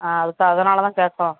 ஆ அதுக்காக அதனால தான் கேட்டோம்